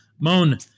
Moan